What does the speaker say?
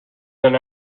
than